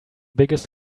biggest